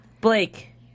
Blake